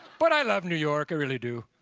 but i love new york. i really do.